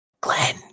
Glenn